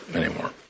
anymore